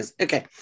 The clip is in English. Okay